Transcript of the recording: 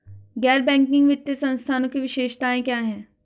गैर बैंकिंग वित्तीय संस्थानों की विशेषताएं क्या हैं?